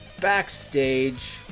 backstage